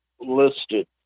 listed